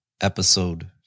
episode